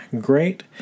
great